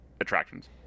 attractions